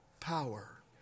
power